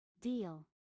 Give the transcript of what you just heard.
Deal